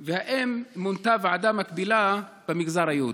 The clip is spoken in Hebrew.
4. האם מונתה ועדה מקבילה במגזר היהודי?